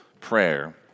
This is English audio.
prayer